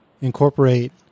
incorporate